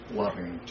loving